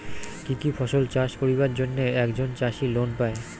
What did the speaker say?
কি কি ফসল চাষ করিবার জন্যে একজন চাষী লোন পায়?